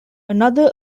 another